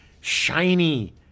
shiny